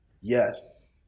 Yes